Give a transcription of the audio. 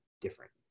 different